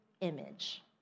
image